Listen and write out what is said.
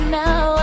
now